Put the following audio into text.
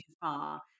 far